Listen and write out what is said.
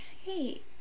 hey